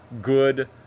good